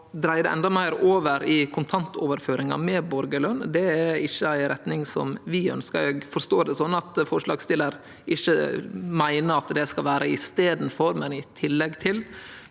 dreie det endå meir over i kontantoverføringar med borgarløn er ikkje ei retning som vi ønskjer. Eg forstår det slik at forslagsstillarane ikkje meiner at det skal vere i staden for, men i tillegg til,